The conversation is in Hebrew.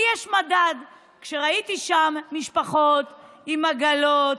לי יש מדד: כשראיתי שם משפחות עם עגלות,